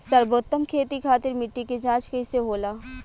सर्वोत्तम खेती खातिर मिट्टी के जाँच कइसे होला?